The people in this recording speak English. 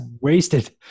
wasted